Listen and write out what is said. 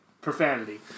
profanity